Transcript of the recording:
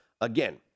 Again